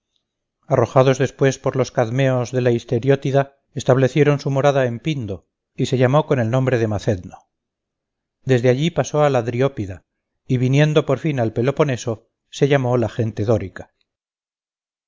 arrojados después por los cadmeos de la istieotida establecieron su morada en pindo y se llamó con el nombre de macedno desde allí pasó a la dryopida y viniendo por fin al peloponeso se llamó la gente dórica